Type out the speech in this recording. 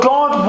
God